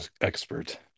expert